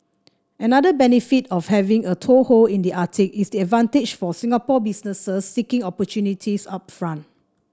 another benefit of having a toehold in the Arctic is the advantage for Singapore businesses seeking opportunities up from